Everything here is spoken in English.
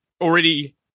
already